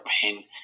pain